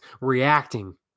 reacting